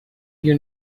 you